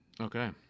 Okay